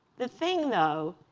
the thing, though,